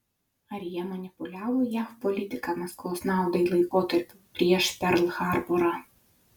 ar jie manipuliavo jav politika maskvos naudai laikotarpiu prieš perl harborą